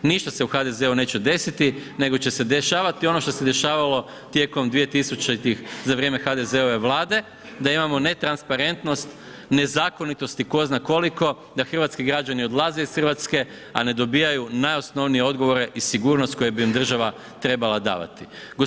Ništa se u HDZ-u neće desiti nego će se dešavati ono što se dešavalo tijekom 2000. za vrijeme HDZ-ove Vlade da imamo netransparentnost, nezakonitosti tko zna koliko, da hrvatski građani odlaze iz Hrvatske a ne dobivaju najosnovnije odgovore i sigurnost koju bi im država trebala davati.